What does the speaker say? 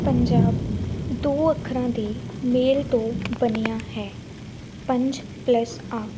ਪੰਜਾਬ ਦੋ ਅੱਖਰਾਂ ਦੇ ਮੇਲ ਤੋਂ ਬਣਿਆ ਹੈ ਪੰਜ ਪਲੱਸ ਆਬ